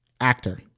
actor